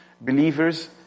believers